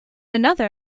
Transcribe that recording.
another